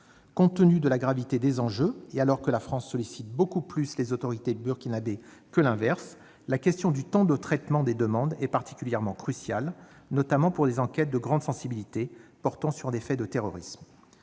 Compte tenu de la gravité des enjeux, et alors que la France sollicite beaucoup plus les autorités burkinabées que l'inverse, la question du temps de traitement des demandes est particulièrement cruciale, notamment pour des enquêtes de grande sensibilité portant sur des faits de terrorisme.